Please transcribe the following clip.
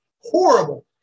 Horrible